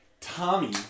Tommy